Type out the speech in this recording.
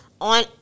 on